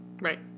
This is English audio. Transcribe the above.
Right